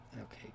Okay